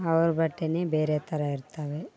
ಅವ್ರ ಬಟ್ಟೆಯೇ ಬೇರೆ ಥರ ಇರ್ತವೆ